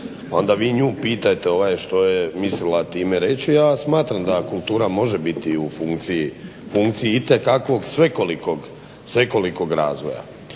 Onda vi nju pitajte što je mislila time reći. Ja smatram da kultura može biti u funkciji itekakvog svekolikog razvoja.